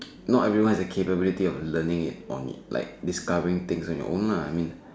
not every one is keep with you learning in on like discovering things you own lah I mean